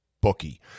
bookie